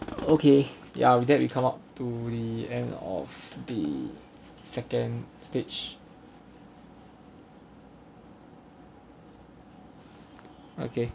okay ya we did we come out to the end of the second stage